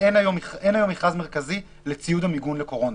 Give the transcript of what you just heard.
אין היום מכרז מרכזי לצערנו לציוד למיגון מקורונה.